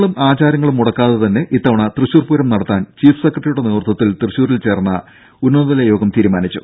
ദേദ ചടങ്ങുകളും ആചാരങ്ങളും മുടക്കാതെ തന്നെ ഇത്തവണ തൃശൂർ പൂരം നടത്താൻ ചീഫ് സെക്രട്ടറിയുടെ നേതൃത്വത്തിൽ തൃശൂരിൽ ചേർന്ന ഉന്നതതല യോഗം തീരുമാനിച്ചു